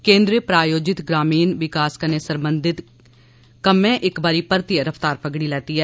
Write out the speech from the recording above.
केन्द्र प्रायोजित ग्रामीण विकास कन्नै सरबंधत कम्में इक बारी परतियै रफ्तार फगड़ी ऐ